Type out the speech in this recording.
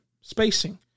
spacing